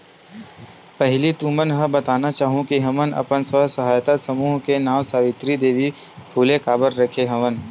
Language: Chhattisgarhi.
पहिली तुमन ल बताना चाहूँ के हमन अपन स्व सहायता समूह के नांव सावित्री देवी फूले काबर रखे हवन